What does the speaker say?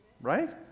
Right